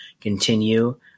continue